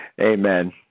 Amen